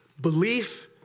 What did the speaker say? Belief